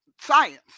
science